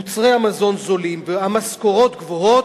מוצרי המזון זולים והמשכורות גבוהות,